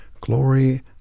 glory